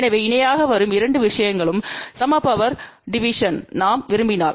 எனவே இணையாக வரும் இரண்டு விஷயங்களும் சம பவர் டிவிஷன் நாம் விரும்பினால்